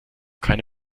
keine